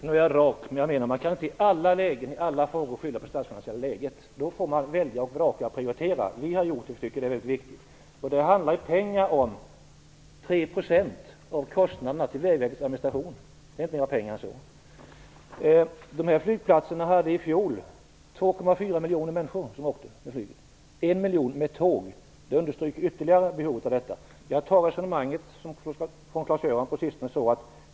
Herr talman! Man kan inte i alla lägen och i alla frågor skylla på det statsfinansiella läget. Då får man välja och prioritera. Vi har prioriterat det som vi tycker är väldigt viktigt. Det handlar i pengar om 3 % av kostnaderna för Vägverkets administration. Mera pengar än så är det inte. I fjol reste 2,4 miljoner människor med flyget från eller till dessa flygplatser. Dessutom reste 1 miljon människor med tåg, vilket ytterligare understryker behovet av bidrag.